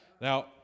Now